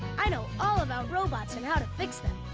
i know all about robots and how to fix them.